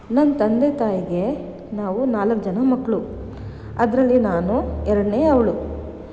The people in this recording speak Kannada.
ನನ್ನ ತಂದೆ ತಾಯಿಗೆ ನಾವು ನಾಲ್ಕು ಜನ ಮಕ್ಕಳು ಅದರಲ್ಲಿ ನಾನು ಎರಡನೆಯವಳು